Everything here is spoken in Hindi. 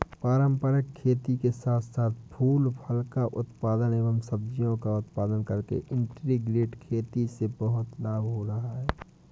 पारंपरिक खेती के साथ साथ फूल फल का उत्पादन एवं सब्जियों का उत्पादन करके इंटीग्रेटेड खेती से बहुत लाभ हो रहा है